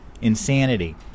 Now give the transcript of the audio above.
insanity